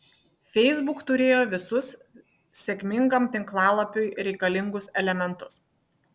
facebook turėjo visus sėkmingam tinklalapiui reikalingus elementus